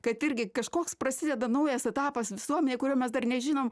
kad irgi kažkoks prasideda naujas etapas visuomenėj kurio mes dar nežinom